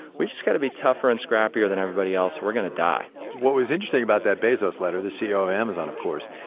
we've just got to be tougher and scrappier than everybody else or we're gonna die what was interesting about that bezos letter, the ceo of amazon, of course,